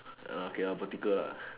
err okay or vertical lah